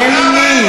למה אין מועצה?